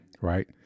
right